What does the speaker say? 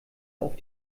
auf